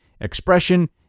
expression